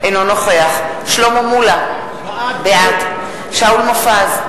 אינו נוכח שלמה מולה, בעד שאול מופז,